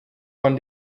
von